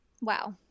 Wow